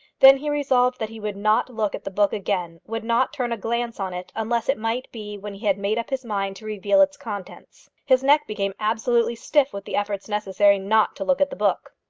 then he resolved that he would not look at the book again, would not turn a glance on it unless it might be when he had made up his mind to reveal its contents. his neck became absolutely stiff with the efforts necessary not to look at the book.